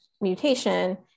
mutation